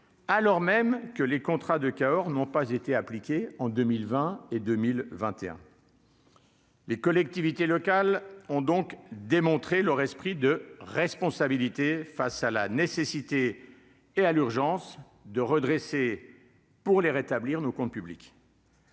alors même que les contrats de Cahors n'ont pas été appliqué en 2020 et 2021. Les collectivités locales ont donc démontré leur esprit de responsabilité face à la nécessité, et à l'urgence de redresser pour les rétablir nos comptes publics.